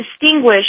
distinguish